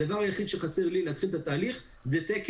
הדבר שחסר לי כדי להתחיל את התהליך הוא תקן